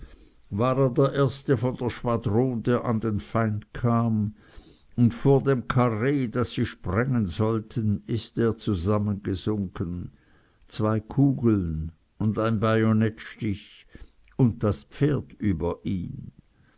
war er der erste von der schwadron der an den feind kam und vor dem karree das sie sprengen sollten ist er zusammengesunken zwei kugeln und ein bajonettstich und das pferd über ihn